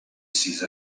sis